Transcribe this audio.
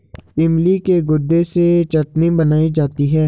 इमली के गुदे से चटनी बनाई जाती है